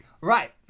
right